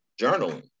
journaling